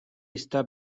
está